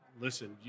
Listen